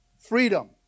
freedom